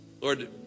Lord